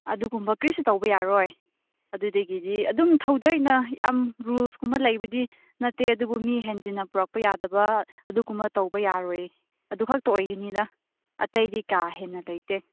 ꯑꯗꯨꯒꯨꯝꯕ ꯀꯔꯤꯁꯨ ꯇꯧꯕ ꯌꯥꯔꯣꯏ ꯑꯗꯨꯗꯒꯤꯗꯤ ꯑꯗꯨꯝ ꯊꯣꯏꯗꯣꯛꯅ ꯌꯥꯝ ꯔꯨꯜꯁ ꯀꯨꯝꯕ ꯂꯩꯕꯗꯤ ꯅꯠꯇꯦ ꯑꯗꯨꯕꯨ ꯃꯤ ꯍꯦꯟꯖꯤꯟꯅ ꯄꯨꯔꯛꯄ ꯌꯥꯗꯕ ꯑꯗꯨꯒꯨꯝꯕ ꯇꯧꯕ ꯌꯥꯔꯣꯏꯌꯦ ꯑꯗꯨ ꯈꯛꯇ ꯑꯣꯏꯒꯅꯤꯗ ꯑꯇꯩꯗꯤ ꯀꯥ ꯍꯦꯟꯅ ꯂꯩꯇꯦ